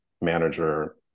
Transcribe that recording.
manager